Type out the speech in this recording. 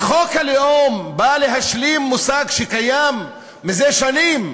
הרי חוק הלאום בא להשלים מושג שקיים זה שנים,